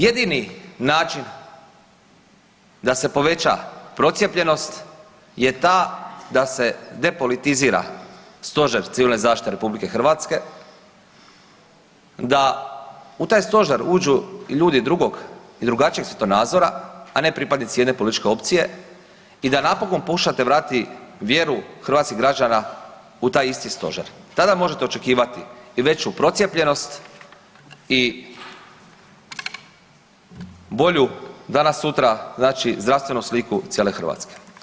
Jedini način da se poveća procijepljenost je ta da se depolitizira Stožer civilne zaštite RH, da u taj stožer uđu ljudi drugog i drugačijeg svjetonazora, a ne pripadnici jedne političke opcije i da napokon pokušate vratiti vjeru hrvatskih građana u taj isti stožer, tada možete očekivati i veću procijepljenost i bolju danas sutra znači zdravstvenu sliku cijele Hrvatske.